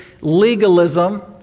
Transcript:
legalism